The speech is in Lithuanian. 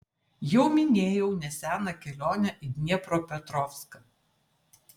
jau minėjau neseną kelionę į dniepropetrovską